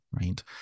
right